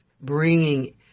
bringing